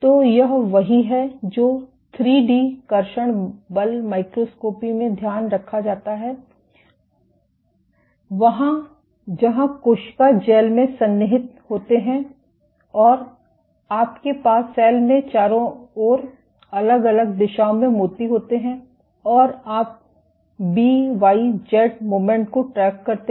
तो यह वही है जो 3 डी कर्षण बल माइक्रोस्कोपी में ध्यान में रखा जाता है जहां कोशिका जैल में सन्निहित होते हैं और आपके पास सेल में चारों ओर अलग अलग दिशाओं में मोती होते हैं और आप बी वाई जेड मूवमेंट को ट्रैक करते हैं